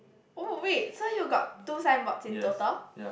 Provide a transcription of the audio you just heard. oh wait so you got two signboards in total